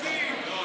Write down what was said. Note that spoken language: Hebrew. לא, אל תסכים.